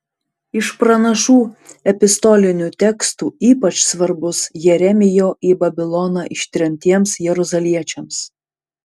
iš pranašų epistolinių tekstų ypač svarbus jeremijo į babiloną ištremtiems jeruzaliečiams